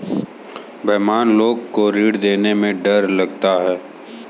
बेईमान लोग को ऋण देने में डर लगता है